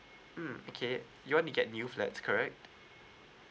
mm okay you want to get new flats correct